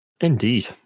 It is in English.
indeed